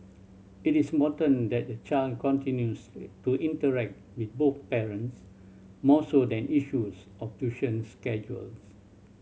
it is important that the child continues to interact with both parents more so than issues of tuition schedules